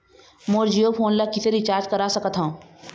मोर Jio phone ला किसे recharge करा सकत हवं?